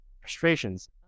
Frustrations